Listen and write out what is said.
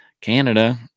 Canada